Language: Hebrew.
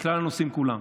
בכלל הנושאים כולם.